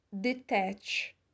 detach